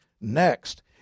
next